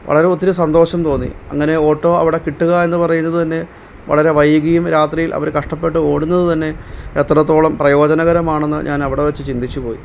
വളരെ ഒത്തിരി സന്തോഷം തോന്നി അങ്ങനെ ഓട്ടോ അവിടെ കിട്ടുക എന്ന് പറയുന്നത് തന്നെ വളരെ വൈകിയും രാത്രിയിൽ അവർ കഷ്ടപ്പെട്ട് ഓടുന്നത് തന്നെ എത്രത്തോളം പ്രയോജനകരമാണെന്ന് ഞാൻ അവിടെ വെച്ച് ചിന്തിച്ചുപോയി